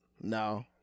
No